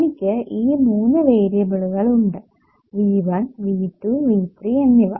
എനിക്ക് ഈ മൂന്ന് വേരിയബിളുകൾ ഉണ്ട് V1 V2 V3 എന്നിവ